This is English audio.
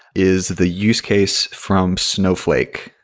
is the use case from snowflake,